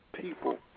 people